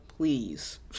please